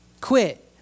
quit